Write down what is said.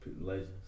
legends